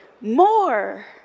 more